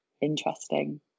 interesting